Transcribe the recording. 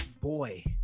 boy